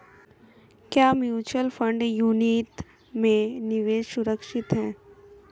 क्या mutual fund unit में निवेश सुरक्षित है?